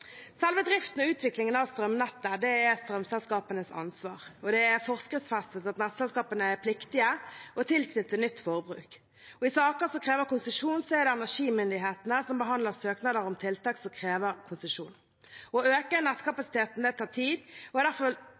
og utviklingen av strømnettet er strømselskapenes ansvar, og det er forskriftsfestet at nettselskapene er pliktige å tilknytte nytt forbruk. I saker som krever konsesjon, er det energimyndighetene som behandler søknader om tiltak. Å øke nettkapasiteten tar tid. Jeg vil derfor understreke at det er